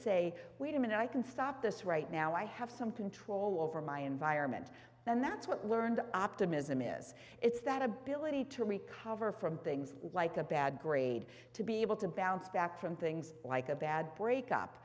say wait a minute i can stop this right now i have some control over my environment and that's what learned optimism is it's that ability to recover from things like a bad grade to be able to bounce back from things like a bad break